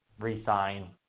resign